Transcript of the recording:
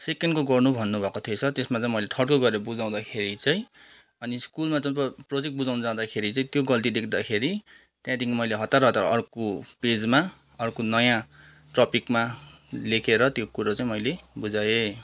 सेकेन्डको गर्नु भन्नुभएको थिएछ त्यसमा चाहिँ मैले थर्डको गरेर बुझाउँदाखेरि चाहिँ अनि स्कुलमा जब प्रोजेक्ट बुझाउन जाँदाखेरि चाहिँ त्यो गल्ती देख्दाखेरि त्यहाँदेखि मैले हतार हतार अर्को पेजमा अर्को नयाँ टपिकमा लेखेर त्यो कुरो चाहिँ मैले बुझाएँ